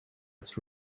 its